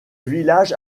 village